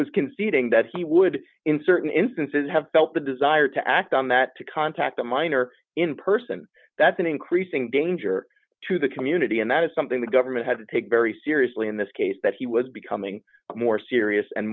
was conceding that he would in certain instances have felt the desire to act on that to contact a minor in person that's an increasing danger to the community and that is something the government had to take very seriously in this case that he was becoming more serious and